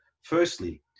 firstly